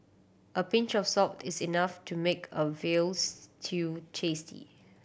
a pinch of salt is enough to make a veal stew tasty